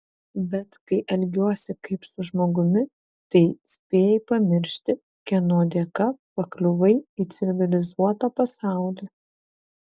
bet kai elgiuosi kaip su žmogumi tai spėjai pamiršti kieno dėka pakliuvai į civilizuotą pasaulį